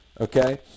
okay